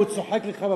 הוא צוחק לך בפרצוף.